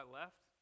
left